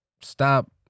stop